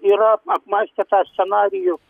yra apmąstę tą scenarijų